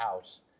house